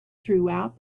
throughout